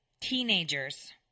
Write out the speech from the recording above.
teenagers